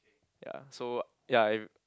ya so ya